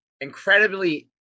incredibly